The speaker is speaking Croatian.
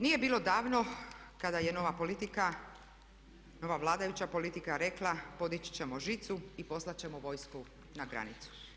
Nije bilo davno kada je nova politika, nova vladajuća politika rekla podići ćemo žicu i poslati ćemo vojsku na granicu.